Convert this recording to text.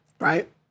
right